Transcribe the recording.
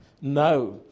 no